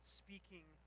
speaking